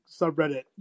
subreddit